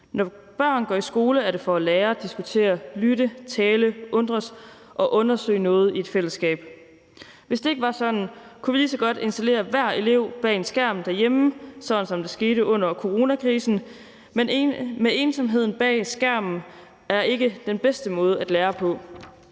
Når børn går i skole, er det for at lære, diskutere, lytte, tale, undres og undersøge noget i et fællesskab. Hvis det ikke var sådan, kunne vi lige så godt installere hver elev bag en skærm derhjemme, sådan som det skete under coronakrisen. Men ensomheden bag skærmen er ikke den bedste måde at lære på,